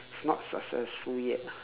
not successful yet